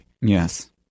yes